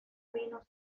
vinos